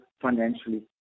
financially